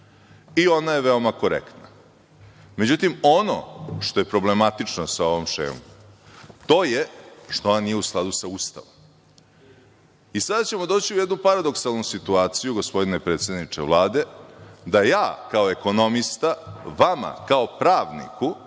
i ona je veoma korektna. Međutim, ono što je problematično sa ovom šemom jeste što ona nije u skladu sa Ustavom. Sada ćemo doći u jednu paradoksalnu situaciju, gospodine predsedniče Vlade, da ja kao ekonomista vama kao pravniku